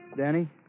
Danny